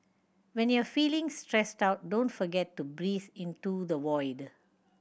when you are feeling stressed out don't forget to breathe into the void